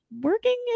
working